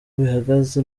bihagaze